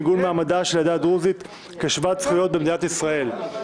עיגון מעמדה של העדה הדרוזית כשוות זכויות במדינת ישראל).